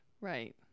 Right